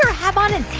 have on and